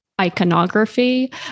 iconography